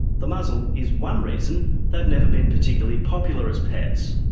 the muzzle is one reason they've never been particularly popular as pets.